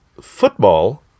Football